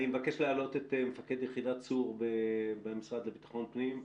אני מבקש להעלות את מפקד יחידת צור במשרד לביטחון פנים,